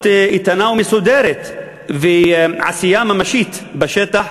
איתנה ומסודרת ועשייה ממשית בשטח,